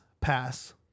pass